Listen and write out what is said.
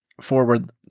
forward